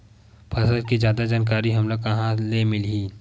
फसल के जादा जानकारी हमला कहां ले मिलही?